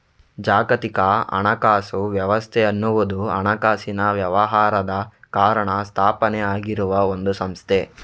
ಜಾಗತಿಕ ಹಣಕಾಸು ವ್ಯವಸ್ಥೆ ಅನ್ನುವುದು ಹಣಕಾಸಿನ ವ್ಯವಹಾರದ ಕಾರಣ ಸ್ಥಾಪನೆ ಆಗಿರುವ ಒಂದು ಸಂಸ್ಥೆ